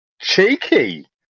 Cheeky